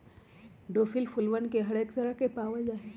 daffodil फूलवन के हरेक तरह के पावल जाहई